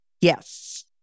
Yes